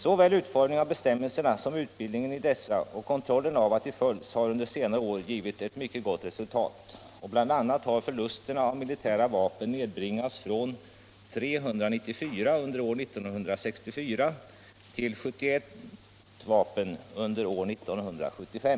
Såväl utformningen av bestämmelserna som utbildningen i dessa och kontrollen av att de följs har under senare år givit ett mycket gott resultat, och bl.a. har förlusterna av militära vapen nedbringats från 394 under år 1974 till 71 vapen under år 1975.